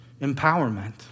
empowerment